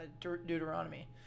Deuteronomy